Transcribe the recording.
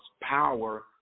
power